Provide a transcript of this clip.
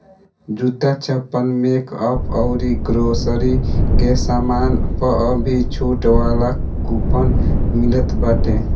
जूता, चप्पल, मेकअप अउरी ग्रोसरी के सामान पअ भी छुट वाला कूपन मिलत बाटे